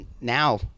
now